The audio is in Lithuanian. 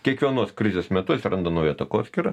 kiekvienos krizės metu atsiranda nauja takoskyra